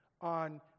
on